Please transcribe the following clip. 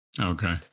Okay